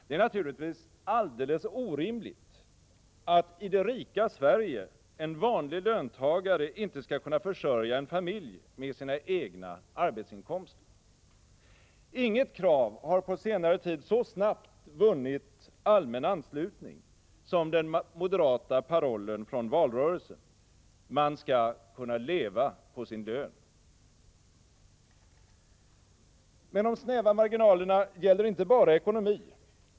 Det är naturligtvis alldeles orimligt att i det rika Sverige en vanlig löntagare inte skall kunna försörja sin familj med sina egna arbetsinkomster. Inget krav har på senare tid så snabbt vunnit allmän anslutning som den moderata parollen från valrörelsen ”Man skall kunna leva på sin lön!”. Men de snäva marginalerna gäller inte bara ekonomi.